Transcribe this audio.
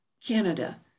Canada